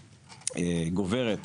התשפ"ג-2023,